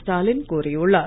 ஸ்டாலின் கோரியுள்ளார்